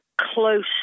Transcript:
close